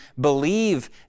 believe